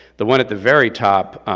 the one at the very top,